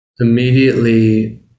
Immediately